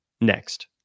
next